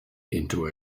into